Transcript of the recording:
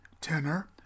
tenor